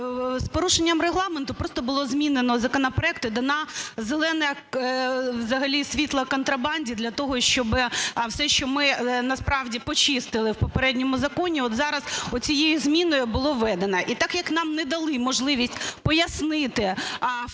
З порушенням Регламенту просто було змінено законопроект і дано зелене взагалі світло контрабанді для того, щоб все, що ми насправді почистили в попередньому законі, от зараз оцією зміною було введено. І так як нам не дали можливість пояснити фахово,